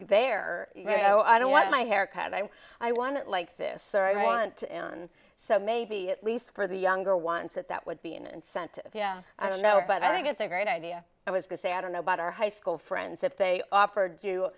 no i don't want my hair cut i'm i want to like this and i want so maybe at least for the younger ones that that would be an incentive yeah i don't know but i think it's a great idea i was going say i don't know but our high school friends if they offered you